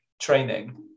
training